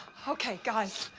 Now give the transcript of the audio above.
okay, guys,